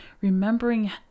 remembering